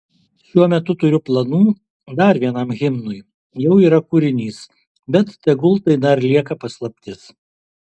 šiuo metu turiu planų dar vienam himnui jau yra kūrinys bet tegul tai dar lieka paslaptis